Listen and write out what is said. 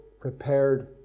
prepared